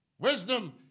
Wisdom